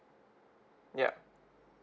yup